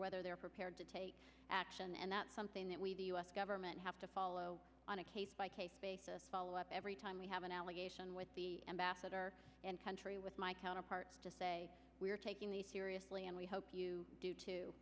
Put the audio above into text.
whether they're prepared to take action and that's something that we the u s government have to follow on a case by case follow up every time we have an allegation with the ambassador country with my counterpart we're taking the seriously and we hope you do